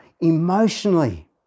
emotionally